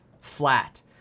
flat